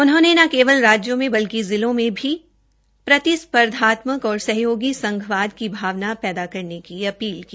उन्होंने न केवल राज्यों में बल्कि जिलों में भी प्रतिस्पर्धात्मक और सहकारी संघवाद की भावना पैदा करने की अपील की